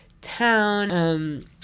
town